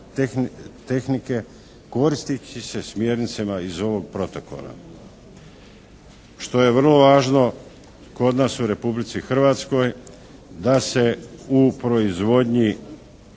tehnike koristeći se smjernicama iz ovog protokola. Što je vrlo važno kod nas u Republici Hrvatskoj da se u proizvodnji